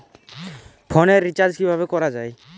ফোনের রিচার্জ কিভাবে করা যায়?